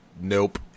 Nope